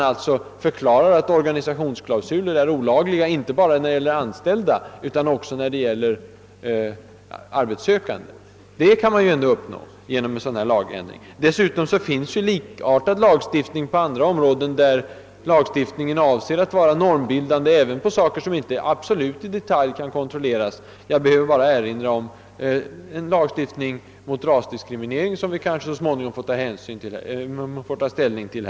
Att organisationsklausulerna blir ogiltiga inte bara när det gäller anställda utan även när det gäller arbetssökande, kan alltså uppnås genom den föreslagna lagändringen. Dessutom: det finns på andra områden likartad lagstiftning, som avses vara normbildande för förhållanden som inte i detalj kan kontrolleras. Jag behöver bara erinra om den lagstiftning mot rasdiskriminering som vi kanske så småningom får ta ställning till.